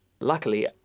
Luckily